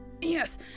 yes